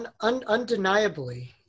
Undeniably